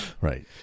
Right